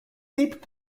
tip